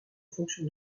fonction